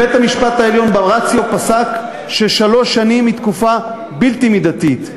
בית-המשפט העליון ברציו פסק ששלוש שנים הן תקופה בלתי מידתית.